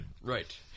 Right